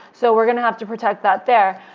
so we're going to have to protect that there.